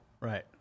Right